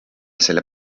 selle